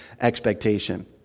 expectation